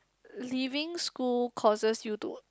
leaving school costs you to